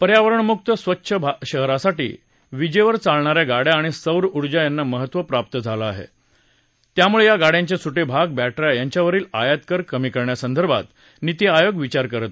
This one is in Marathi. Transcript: पर्यावरण मुक्त स्वच्छ शहरांसाठी विजेवर चालणा या गाड्या सौर ऊर्जा याना महत्व प्राप्त झालं आहे त्यामुळे या गाड्यांचे सुटे भाग बघ्ध्या यांच्यावरील आयातकर कमी करण्यासंदर्भात निती आयोग विचार करत आहे